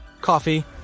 coffee